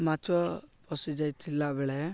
ମାଛ ପସିଯାଇଥିଲା ବେଳେ